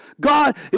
God